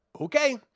Okay